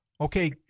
Okay